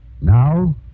Now